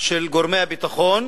לגורמי הביטחון,